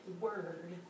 word